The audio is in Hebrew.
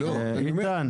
העניין.